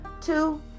Two